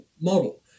model